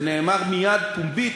זה נאמר מייד פומבית,